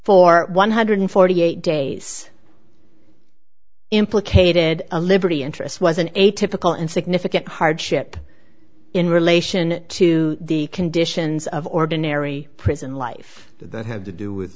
for one hundred forty eight days implicated a liberty interest was an atypical and significant hardship in relation to the conditions of ordinary prison life that had to do with